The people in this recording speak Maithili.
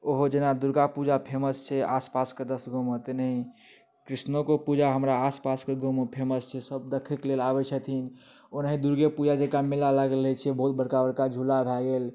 ओहो जेना दुर्गापूजा फेमस छै आसपास कऽ दश गाँवमे तेनाही कृष्णो कऽ पूजा हमरा आसपास कऽ गाँव मऽ फेमस छै सब देखै कऽ लेल आबै छथिन ओनाही दुर्गे पूजा जकाँ मेला लागल रहैत छै बहुत बड़का बड़का झूला भए गेल